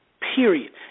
period